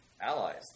Allies